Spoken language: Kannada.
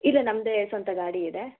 ಇಲ್ಲ ನಮ್ಮದೆ ಸ್ವಂತ ಗಾಡಿ ಇದೆ